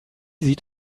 sieht